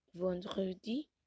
vendredi